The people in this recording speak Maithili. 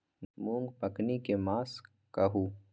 मूँग पकनी के मास कहू?